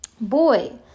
Boy